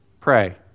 pray